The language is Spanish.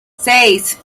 seis